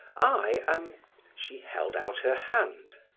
i am she held out her hand.